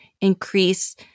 increase